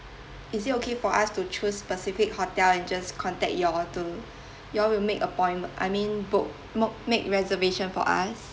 is it okay for us to choose specific hotel and just contact y'all to you all will make appoint~ I mean book mo~ make reservation for us